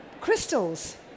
Crystals